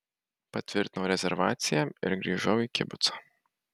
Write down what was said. patvirtinau rezervaciją ir grįžau į kibucą